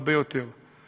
הרבה יותר.